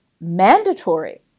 mandatory